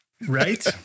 Right